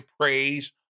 praise